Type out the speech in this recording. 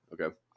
Okay